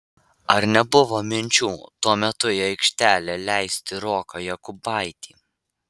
ar nebuvo minčių tuo metu į aikštelę leisti roką jokubaitį